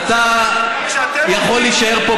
אני חושד במניעים שלכם,